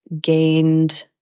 gained